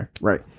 right